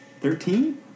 Thirteen